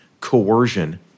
coercion